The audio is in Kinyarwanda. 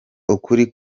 ukuri